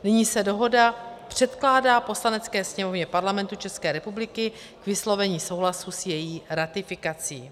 Nyní se dohoda předkládá Poslanecké sněmovně Parlamentu České republiky k vyslovení souhlasu s její ratifikací.